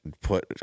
put